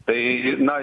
tai na